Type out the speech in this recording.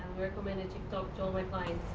recommended tiktok to all my my